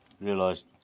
Realised